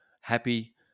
happy